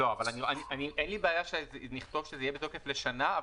אין לי בעיה שנכתוב שזה יהיה בתוקף לשנה,